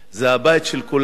זה הבית של כולנו.